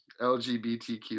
LGBTQ